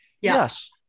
Yes